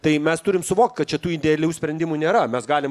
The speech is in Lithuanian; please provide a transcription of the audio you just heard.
tai mes turim suvokt kad čia tų idealių sprendimų nėra mes galim